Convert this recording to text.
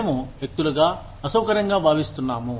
మేము వ్యక్తులుగా అసౌకర్యంగా భావిస్తున్నాము